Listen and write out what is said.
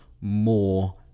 more